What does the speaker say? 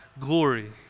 glory